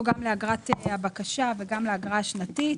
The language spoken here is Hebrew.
גם לאגרת הבקשה וגם לאגרה השנתית.